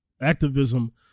activism